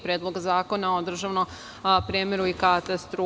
Predloga zakona o državnom premeru i katastru.